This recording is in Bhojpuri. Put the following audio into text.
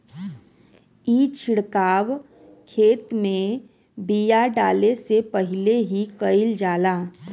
ई छिड़काव खेत में बिया डाले से पहिले ही कईल जाला